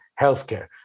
healthcare